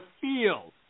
field